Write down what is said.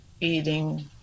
eating